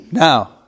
Now